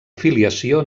filiació